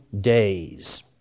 days